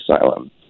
asylum